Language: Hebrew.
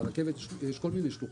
לרכבת יש כל מיני שלוחות.